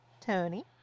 Tony